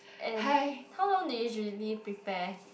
and how long do you usually prepare